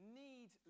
need